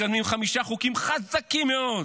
מקדמים חמישה חוקים חזקים מאוד.